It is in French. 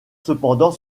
cependant